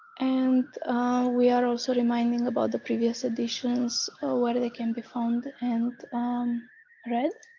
and we are also reminding about the previous editions where they can be found and um read.